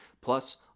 Plus